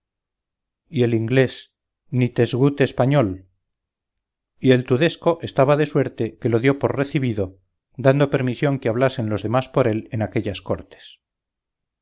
y el inglés nitesgut español y el tudesco estaba de suerte que lo dió por recibido dando permisión que hablasen los demás por él en aquellas cortes